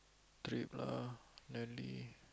trip lah then the